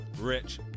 Rich